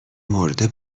مرده